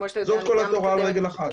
זאת כל התורה על רגל אחת.